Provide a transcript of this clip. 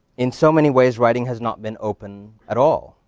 in so many ways, writing has not been open at all.